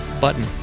button